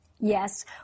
Yes